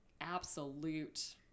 absolute